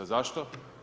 Zašto?